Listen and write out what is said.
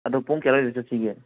ꯑꯗꯣ ꯄꯨꯡ ꯀꯌꯥꯥ ꯑꯗꯥꯏꯗ ꯆꯠꯁꯤꯒꯦ